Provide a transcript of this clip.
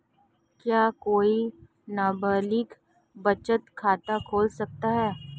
क्या कोई नाबालिग बचत खाता खोल सकता है?